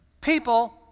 people